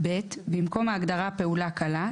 ; (ב) במקום ההגדרה "פעולה קלה",